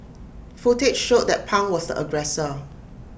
footage showed that pang was aggressor